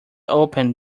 opened